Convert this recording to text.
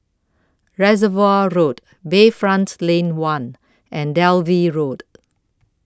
Reservoir Road Bayfront Lane one and Dalvey Road